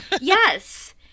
yes